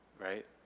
right